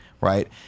right